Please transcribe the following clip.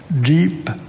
deep